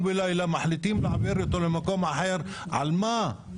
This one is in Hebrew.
ולילה מחליטים להעביר אותם למקום אחר על מה?